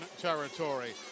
territory